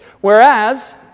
Whereas